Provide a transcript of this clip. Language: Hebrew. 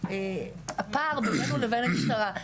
הפער ביננו לבין המשטרה,